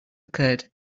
occurred